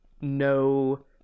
no